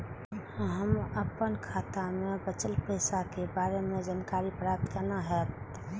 हम अपन खाता में बचल पैसा के बारे में जानकारी प्राप्त केना हैत?